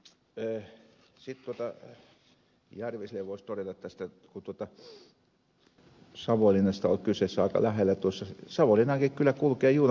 järviselle voisi todeta tästä kun savonlinnasta on kyse että se on aika lähellä savonlinnaankin kyllä kulkee juna